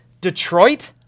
Detroit